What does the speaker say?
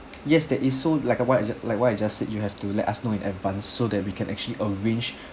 yes that is so like a what I like what I just said you have to let us know in advance so that we can actually arrange